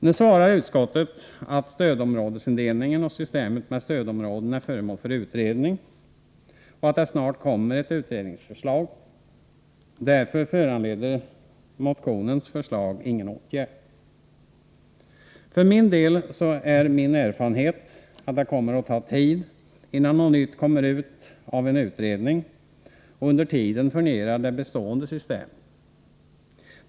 Nu svarar utskottet att stödområdesindelningen och systemet med stödområden är föremål för utredning och att det snart kommer ett utredningsförslag. Därför föranleder motionens förslag ingen åtgärd. För min del vill jag framhålla att min erfarenhet är att det kommer att ta tid innan något nytt kommer ut av en utredning — och under tiden fungerar det bestående systemet.